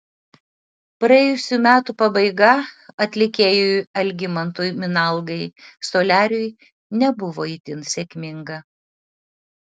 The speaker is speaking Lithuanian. praėjusių metų pabaiga atlikėjui algimantui minalgai soliariui nebuvo itin sėkminga